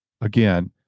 again